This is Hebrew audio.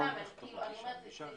אני רק אומרת את זה,